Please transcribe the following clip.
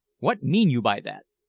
what mean you by that?